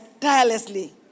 tirelessly